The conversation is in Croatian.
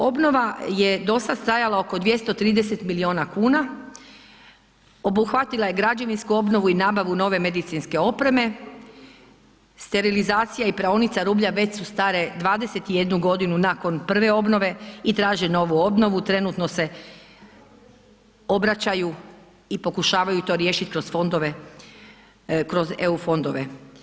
Obnova je dosad stajala oko 230 milijuna kuna, obuhvatila je građevinsku obnovu i nabavu nove medicinske opreme, sterilizacija i praonica rublja već su stare 21 godinu nakon prve obnove i traže novu obnovu, trenutno se obraćaju i pokušavaju to riješiti kroz fondove, kroz EU fondove.